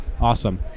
Awesome